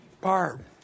Barb